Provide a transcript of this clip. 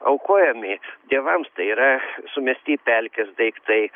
aukojami dievams tai yra sumesti į pelkes daiktai